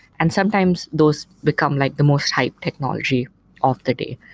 and sometimes those become like the most hyped technology of the day.